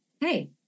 hey